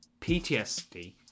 PTSD